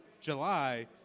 July –